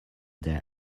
their